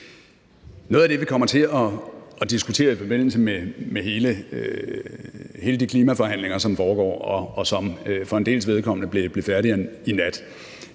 Noget af det, vi kommer til at diskutere i forbindelse med de klimaforhandlinger, som foregår, og som vi for en dels vedkommende blev færdige med i nat,